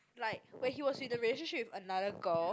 like when he was with the relationship with another girl